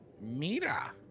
Mira